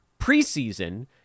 preseason